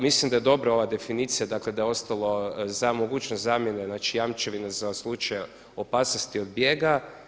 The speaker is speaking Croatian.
Mislim da je dobra ova definicija dakle da je ostalo za mogućnost zamjene znači jamčevina za slučaj opasnosti od bijega.